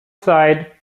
side